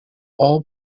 all